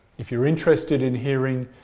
if you're interested in hearing